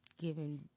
given